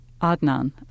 Adnan